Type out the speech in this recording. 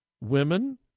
women